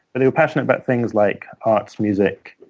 they were passionate about things like arts, music,